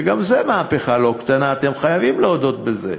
וגם זו מהפכה לא קטנה, אתם חייבים להודות בזה.